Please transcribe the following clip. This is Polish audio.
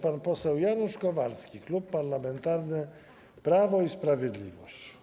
Pan poseł Janusz Kowalski, Klub Parlamentarny Prawo i Sprawiedliwość.